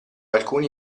alcuni